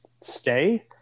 stay